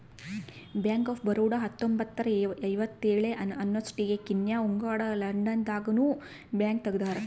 bank of Baroda ಹತ್ತೊಂಬತ್ತ್ನೂರ ಐವತ್ತೇಳ ಅನ್ನೊಸ್ಟಿಗೆ ಕೀನ್ಯಾ ಉಗಾಂಡ ಲಂಡನ್ ದಾಗ ನು ಬ್ಯಾಂಕ್ ತೆಗ್ದಾರ